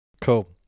Cool